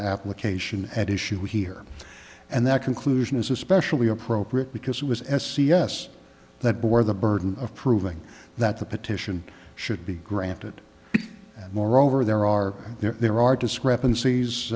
application at issue here and that conclusion is especially appropriate because it was as c s that bore the burden of proving that the petition should be granted moreover there are there are discrepanc